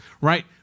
right